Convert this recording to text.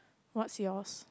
what's yours